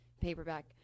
paperback